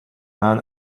man